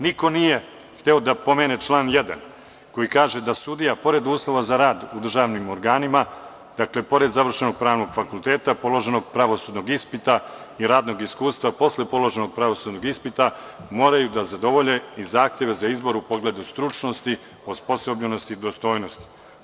Niko nije hteo da pomene član 1. koji kaže da sudija pored uslova za rad u državnim organima, pored završenog pravnog fakulteta, položenog pravosudnog ispita i radnog iskustva posle položenog pravosudnog ispita, moraju da zadovolje i zahteve za izbor u pogledu stručnosti, osposobljenosti i dostojnosti.